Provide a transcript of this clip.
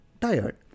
tired